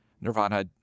Nirvana